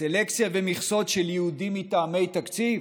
סלקציה במכסות של יהודים מטעמי תקציב?